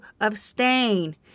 abstain